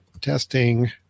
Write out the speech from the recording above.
Testing